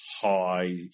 high